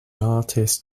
artist